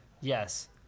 Yes